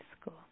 school